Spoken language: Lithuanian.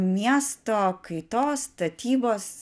miesto kaitos statybos